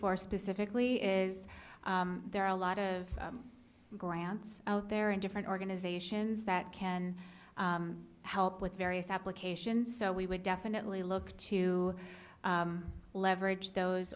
for specifically is there are a lot of grants out there and different organizations that can help with various applications so we would definitely look to leverage those